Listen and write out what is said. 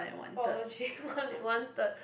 four over three more than one third